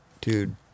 dude